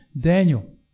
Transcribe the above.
Daniel